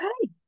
hey